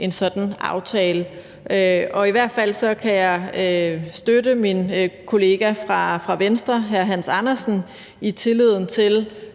en sådan aftale. I hvert fald kan jeg støtte min kollega fra Venstre hr. Hans Andersen i tilliden til